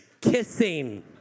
kissing